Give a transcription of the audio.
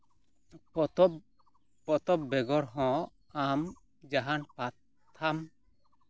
ᱯᱚᱛᱚᱵᱽ ᱯᱚᱛᱚᱵᱽ ᱵᱮᱜᱚᱨ ᱦᱚᱸ ᱟᱢ ᱡᱟᱦᱟᱱ ᱯᱟᱛᱷᱟᱢ